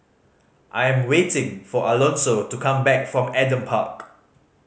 I'm waiting for Alonzo to come back from Adam Park